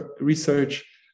research